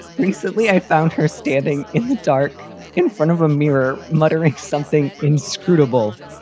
recently, i found her standing in the dark in front of a mirror, muttering something inscrutable.